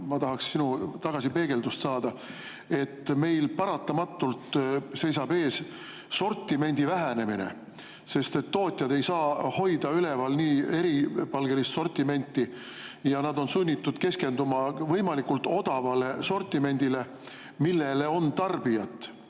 ma tahaksin sinu tagasipeegeldust saada –, et meil seisab paratamatult ees sortimendi vähenemine, sest tootjad ei saa hoida üleval nii eripalgelist sortimenti ja nad on sunnitud keskenduma võimalikult odavale sortimendile, millele on tarbijat.